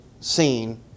seen